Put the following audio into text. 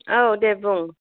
औ दे बुं